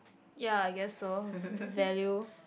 ya I guess so value